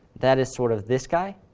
that is sort of this guy,